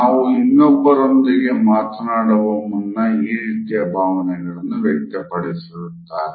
ತಾವು ಇನ್ನೊಬ್ಬರೊಂದಿಗೆ ಮಾತನಾಡುವ ಮುನ್ನ ಈ ರೀತಿಯ ಭಾವನೆಗಳನ್ನು ವ್ಯಕ್ತಪಡಿಸುತ್ತಾರೆ